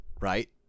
right